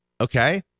okay